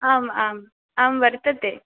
आम् आम् आं वर्तते